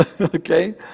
Okay